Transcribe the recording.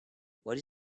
what